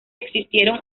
existieron